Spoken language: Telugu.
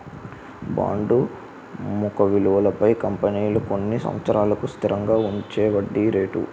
బాండు ముఖ విలువపై కంపెనీలు కొన్ని సంవత్సరాలకు స్థిరంగా ఇచ్చేవడ్డీ రేటు